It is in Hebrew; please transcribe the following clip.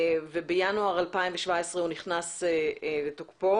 ובינואר 2017 הוא נכנס לתוקפו.